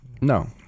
No